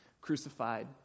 crucified